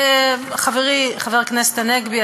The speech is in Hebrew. חברי חבר הכנסת הנגבי,